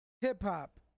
hip-hop